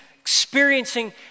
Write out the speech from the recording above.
experiencing